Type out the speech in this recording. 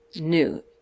new